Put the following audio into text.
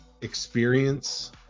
experience